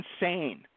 insane